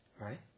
Right